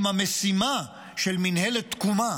אם המשימה של מינהלת תקומה